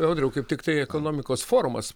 audriau kaip tiktai ekonomikos forumas